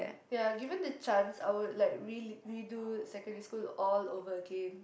ya given the chance I will like really redo secondary school all over again